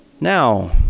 Now